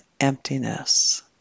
emptiness